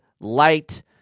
light